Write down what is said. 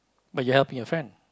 but you helping your friend